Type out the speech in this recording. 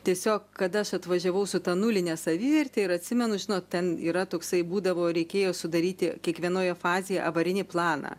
tiesiog kada aš atvažiavau su ta nuline saviverte ir atsimenu žinot ten yra toksai būdavo reikėjo sudaryti kiekvienoje fazėje avarinį planą